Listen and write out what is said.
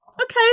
okay